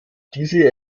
diese